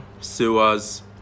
Sewer's